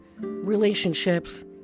relationships